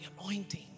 anointing